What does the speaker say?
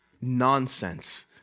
nonsense